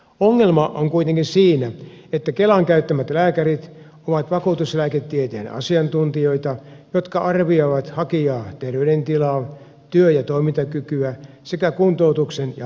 ongelma on kuitenkin siinä että kelan käyttämät lääkärit ovat vakuutuslääketieteen asiantuntijoita jotka arvioivat hakijan terveydentilaa työ ja toimintakykyä sekä kuntoutuksen ja hoidon tarvetta